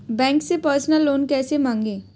Bank से personal loan कैसे मांगें?